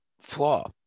flaw